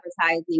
advertising